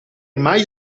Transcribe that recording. mai